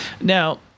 now